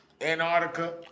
Antarctica